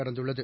கடந்துள்ளது